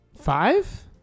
Five